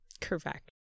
Correct